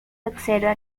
observa